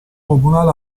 comunale